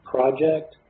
Project